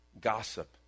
Gossip